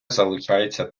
залишається